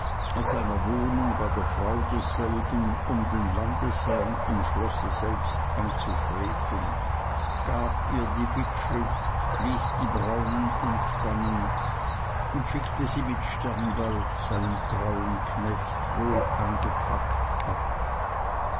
als einer wohnung bei der frau desselben um den landesherrn im schlosse selbst anzutreten gab ihr die bittschrift ließ die braunen anspannen und schickte sie mit sternbald seinem treuen knecht wohleingepackt ab